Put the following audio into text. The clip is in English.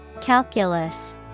Calculus